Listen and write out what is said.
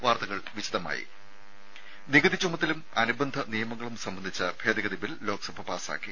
വാർത്തകൾ വിശദമായി നികുതി ചുമത്തലും അനുബന്ധ നിയമങ്ങളും സംബന്ധിച്ച ഭേദഗതി ബിൽ ലോക്സഭ പാസ്സാക്കി